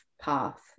path